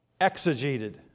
exegeted